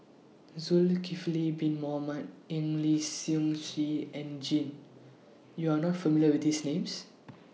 Zulkifli Bin Mohamed Eng Lee Seok Chee and Jin YOU Are not familiar with These Names